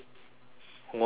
almost cried again